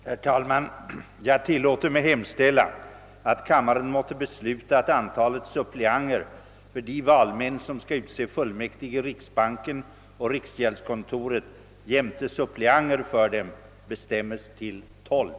Herr talman! Jag tillåter mig hemställa att kammaren måtte besluta, att antalet suppleanter för de valmän, som skall utse fullmäktige i riksbanken och riksgäldskontoret jämte suppleanter för dem, bestämmes till tolv.